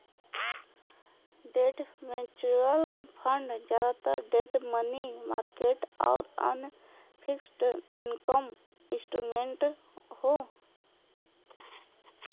debt mutual fund जादातर debt money market आउर अन्य फिक्स्ड इनकम इंस्ट्रूमेंट्स हौ